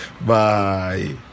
bye